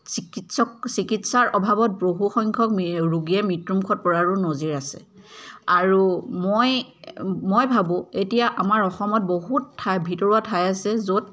চিকিৎসক চিকিৎসাৰ অভাৱত বহু সংখ্যক মি ৰোগীয়ে মৃত্যুমুখত পৰাৰো নজিৰ আছে আৰু মই মই ভাবোঁ এতিয়া আমাৰ অসমত বহুত ঠাই ভিতৰুৱা ঠাই আছে য'ত